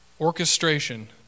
orchestration